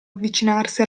avvicinarsi